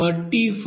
860